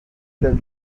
del